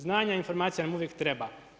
Znanja i informacija nam uvijek treba.